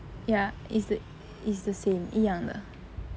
ya is the is the same 一样的